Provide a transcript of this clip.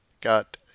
got